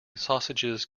sausages